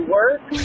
work